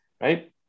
right